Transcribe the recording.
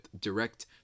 Direct